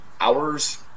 hours